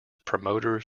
promoters